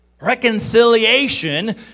Reconciliation